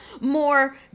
more